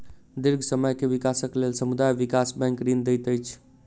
दीर्घ समय के विकासक लेल समुदाय विकास बैंक ऋण दैत अछि